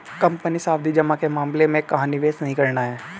Company सावधि जमा के मामले में कहाँ निवेश नहीं करना है?